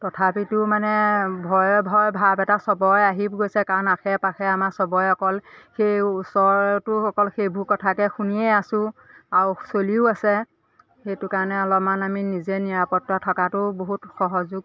তথাপিতো মানে ভয় ভয় ভাব এটা চবৰে আহি গৈছে কাৰণ আশে পাশে আমাৰ চবৰে অকল সেই ওচৰতো অকল সেইবোৰ কথাকে শুনিয়ে আছো আৰু চলিও আছে সেইটো কাৰণে অলপমান আমি নিজে নিৰাপদে থকাতো বহুত সহযোগ